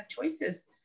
choices